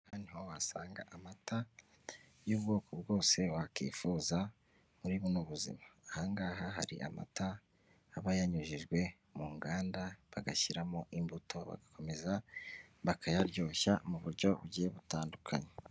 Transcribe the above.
Aha niho wasanga amata y'ubwoko bwose wakwifuza muri buno buzima, aha ngaha hari amata aba yanyujijwe mu nganda, bagashyiramo imbuto bagakomeza bakayaryoshya mu buryo bugiye butandukanye.